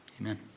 amen